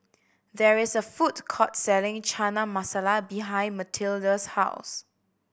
there is a food court selling Chana Masala behind Mathilde's house